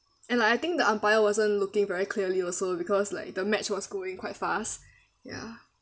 and like I think the umpire wasn't looking very clearly also because like the match was going quite fast ya